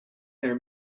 their